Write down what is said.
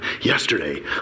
yesterday